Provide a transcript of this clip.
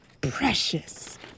precious